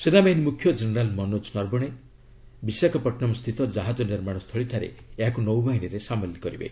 ସେନାବାହିନୀ ମୁଖ୍ୟ କ୍ଷେନେରାଲ୍ ମନୋଜ ନର୍ବଣେ ବିଶାଖାପଟନମ୍ସ୍ଥିତ ଜାହାଜ ନିର୍ମାଣସ୍ଥଳୀଠାରେ ଏହାକୁ ନୌବାହିନୀରେ ସାମିଲ କରିବେ